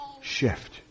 shift